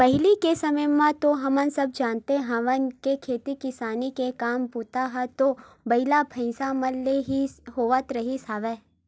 पहिली के समे म तो हमन सब जानते हवन के खेती किसानी के काम बूता ह तो बइला, भइसा मन ले ही होवत रिहिस हवय